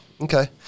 okay